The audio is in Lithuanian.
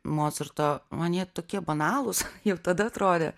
mocarto man jie tokie banalūs jau tada atrodė